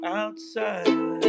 outside